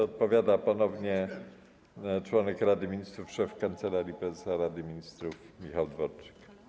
Odpowiada ponownie członek Rady Ministrów, szef Kancelarii Prezesa Rady Ministrów Michał Dworczyk.